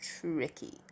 tricky